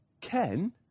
Ken